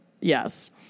yes